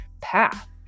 path